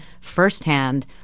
firsthand